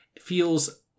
feels